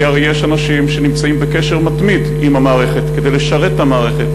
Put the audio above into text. כי הרי יש אנשים שנמצאים בקשר מתמיד עם המערכת כדי לשרת את המערכת,